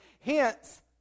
Hence